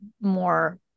more